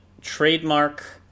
trademark